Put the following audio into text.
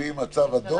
לפי מצב הדואר,